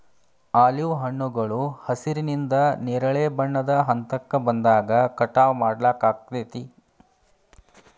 olive ಹಣ್ಣುಗಳು ಹಸಿರಿನಿಂದ ನೇರಳೆ ಬಣ್ಣದ ಹಂತಕ್ಕ ಬಂದಾಗ ಕಟಾವ್ ಮಾಡ್ಲಾಗ್ತೇತಿ